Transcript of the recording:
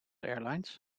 airlines